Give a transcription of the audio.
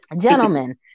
gentlemen